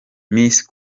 miss